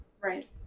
Right